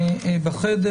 בחדר.